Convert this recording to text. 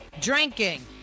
drinking